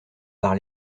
par